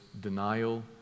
denial